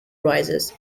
rises